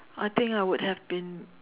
I think I would have been